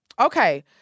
Okay